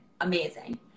amazing